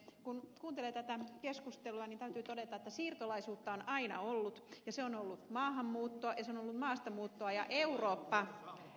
kun kuuntelee tätä keskustelua niin täytyy todeta että siirtolaisuutta on aina ollut ja se on ollut maahanmuuttoa ja se on ollut maastamuuttoa ja eurooppa